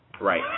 Right